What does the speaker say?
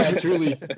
Truly